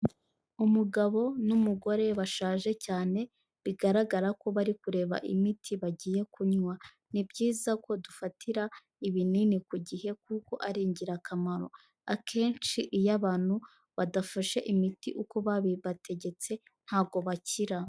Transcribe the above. Umugabo n'umugore bashaje cyane bigaragara ko bari kureba imiti bagiye kunywa, ni byiza ko dufatira ibinini ku gihe kuko ari ingirakamaro, akenshi iyo abantu badafashe imiti uko babibategetse ntabwo bakira.